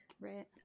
right